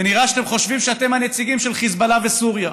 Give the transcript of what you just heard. ונראה שאתם חושבים שאתם הנציגים של חיזבאללה וסוריה,